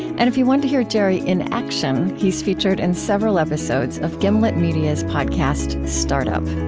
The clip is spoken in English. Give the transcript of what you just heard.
and if you want to hear jerry in action, he's featured in several episodes of gimlet media's podcast, startup